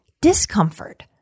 discomfort